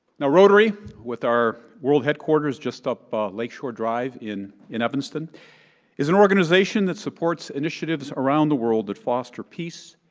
now rotary with our world headquarters just up lakeshore drive in in evanston is an organization that supports initiatives around the world that foster peace,